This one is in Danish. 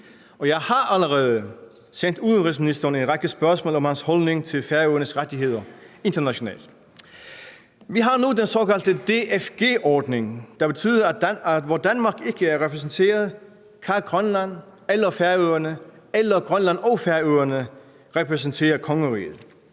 jeg har allerede sendt udenrigsministeren en række spørgsmål om hans holdning til Færøernes rettigheder internationalt. Vi har nu den såkaldte DFG-ordning, der betyder, at hvor Danmark ikke er repræsenteret, kan Grønland eller Færøerne eller Grønland og Færøerne repræsentere Kongeriget.